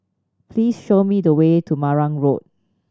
please show me the way to Marang Road